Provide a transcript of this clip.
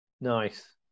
Nice